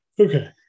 Okay